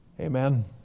Amen